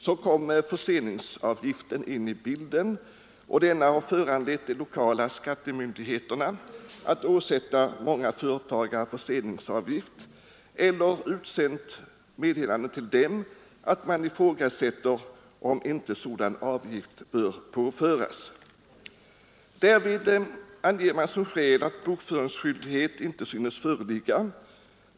Så kom förseningsavgiften in i bilden, och de lokala skattemyndigheterna har påfört många företagare förseningsavgift eller utsänt meddelande om att man ifrågasätter om inte sådan avgift bör påföras vederbörande. Därvid anges som skäl att bokföringsskyldighet inte synes föreligga.